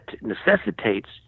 necessitates